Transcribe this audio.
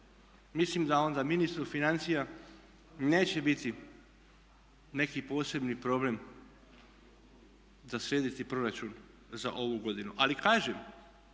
Mislim da onda ministru financija neće biti neki posebni problem srediti proračun za ovu godinu. Ali kažem